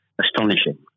astonishing